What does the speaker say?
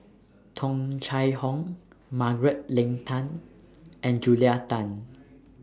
Tung Chye Hong Margaret Leng Tan and Julia Tan